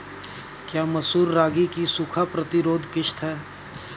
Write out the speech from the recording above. क्या मसूर रागी की सूखा प्रतिरोध किश्त है?